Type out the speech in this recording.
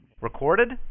Recorded